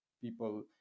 people